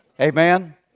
Amen